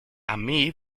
armee